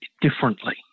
differently